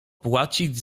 płacić